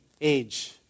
age